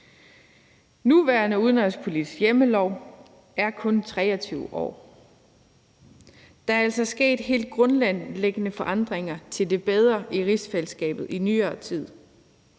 nuværende udenrigspolitiske hjemmellov er kun 23 år gammel. Der er altså sket helt grundlæggende forandringer til det bedre i rigsfællesskabet i nyere tid.